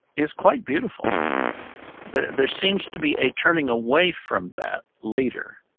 is quite beautiful there. there seems to be a turning away from that later,